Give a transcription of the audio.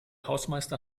hausmeister